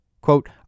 Quote